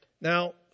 Now